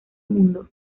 mundo